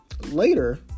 Later